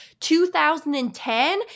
2010